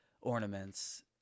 ornaments